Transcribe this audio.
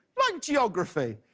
like geography.